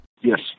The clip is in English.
Yes